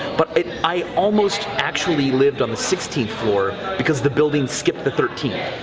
but i almost actually lived on the sixteenth floor, because the building skipped the thirteenth.